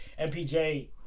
MPJ